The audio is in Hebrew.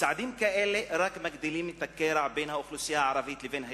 צעדים כאלה רק מגדילים את הקרע בין האוכלוסייה הערבית לבין היהודים,